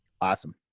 Awesome